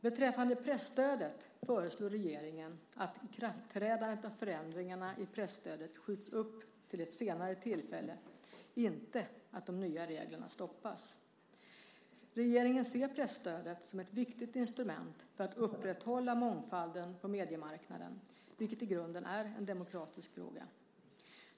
Beträffande presstödet föreslår regeringen att ikraftträdandet av förändringarna i presstödet skjuts upp till ett senare tillfälle, inte att de nya reglerna stoppas. Regeringen ser presstödet som ett viktigt instrument för att upprätthålla mångfalden på mediemarknaden, vilket i grunden är en demokratisk fråga.